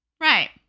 Right